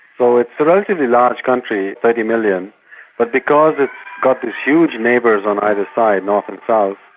so it's a relatively large country thirty million but because it's got these huge neighbours on either side, north and south,